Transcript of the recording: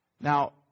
Now